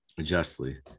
justly